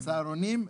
צהרונים.